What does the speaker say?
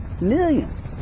millions